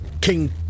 King